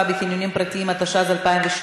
(רכב העומד במקום המשמש את הציבור), התשע"ז 2017,